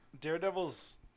daredevil's